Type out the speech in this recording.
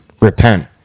repent